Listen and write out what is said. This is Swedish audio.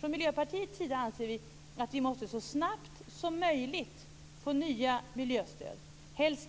Från Miljöpartiets sida anser vi att vi måste få nya miljöstöd så snabbt som möjligt, helst